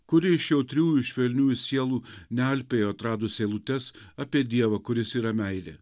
kuri iš jautriųjų ir švelniųjų sielų nealpėjo atradus eilutes apie dievą kuris yra meilė